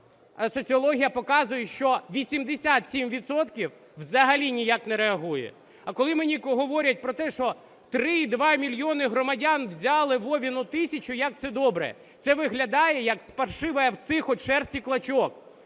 соціологія показує, що 87 відсотків взагалі ніяк не реагує. А коли мені говорять про те, що 3,2 мільйона громадян взяли Вовину тисячу, як це добре. Це виглядає як з паршивой овцы хоть шерсти клочок.